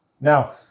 Now